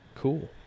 Cool